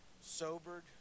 sobered